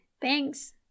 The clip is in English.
Thanks